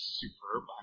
superb